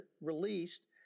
released